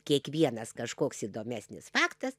kiekvienas kažkoks įdomesnis faktas